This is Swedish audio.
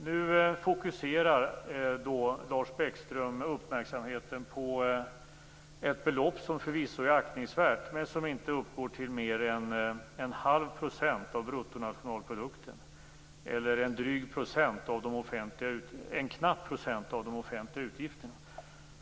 Nu fokuserade han uppmärksamheten på ett belopp som förvisso är aktningsvärt men som inte uppgår till mer än en halv procent av bruttonationalprodukten, eller en knapp procent av de offentliga utgifterna.